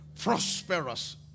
prosperous